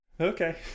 okay